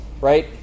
right